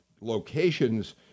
locations